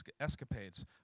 escapades